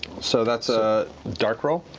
so that's a dark roll?